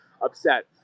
upset